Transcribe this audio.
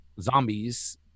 zombies